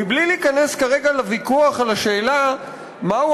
מבלי להיכנס כרגע לוויכוח על השאלה מהו